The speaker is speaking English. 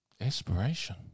Aspiration